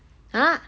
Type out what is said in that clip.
!huh!